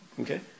Okay